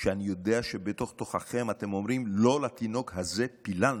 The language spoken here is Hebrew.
אני יודע שבתוך-תוככם אתם אומרים: לא לתינוק הזה פיללנו,